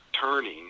turning